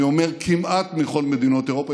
אני אומר: כמעט מכל מדינות אירופה,